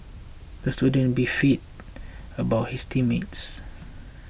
the student beefed about his team mates